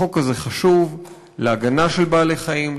החוק הזה חשוב להגנה על בעלי-חיים,